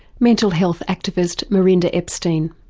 mental health activist merinda epstein.